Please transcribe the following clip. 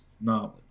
knowledge